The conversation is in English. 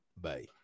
Bye